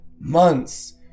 months